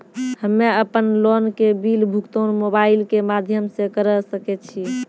हम्मे अपन लोन के बिल भुगतान मोबाइल के माध्यम से करऽ सके छी?